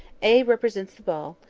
a represents the ball.